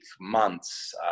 months